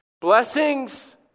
Blessings